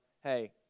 hey